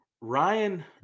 ryan